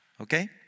Okay